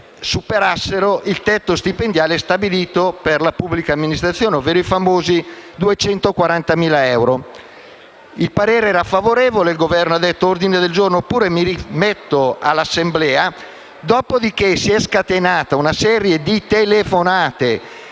superassero il tetto stipendiale stabilito per la pubblica amministrazione, ovvero i noti 240.000 euro annui. Il parere era favorevole, il Governo ha invitato a trasformarlo in ordine del giorno oppure si sarebbe rimesso all'Assemblea. Dopodiché si è scatenata una serie di telefonate